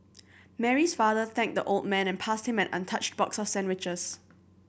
Mary's father thanked the old man and passed him an untouched box of sandwiches